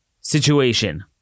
situation